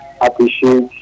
appreciate